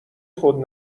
خود